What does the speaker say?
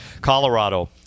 Colorado